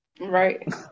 Right